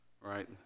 Right